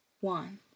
One